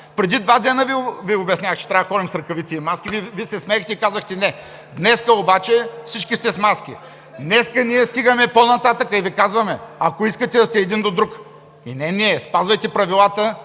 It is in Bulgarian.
Преди два дни Ви обяснявах, че трябва да ходим с ръкавици и маски. Вие се смеехте и казахте: „Не“. Днес обаче всички сте с маски. Днес ние стигаме по-нататък и Ви казваме: ако искате да сте един до друг – и не ние, спазвайте правилата,